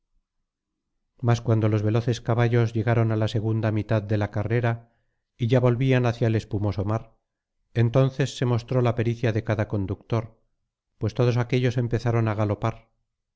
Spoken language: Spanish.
mas cuando los veloces caballos llegaron á la segunda mitad de la carrera y ya volvían hacia el espumoso mar entonces se mostró la pericia de cada conductor pues todos aquéllos empezaron á galopar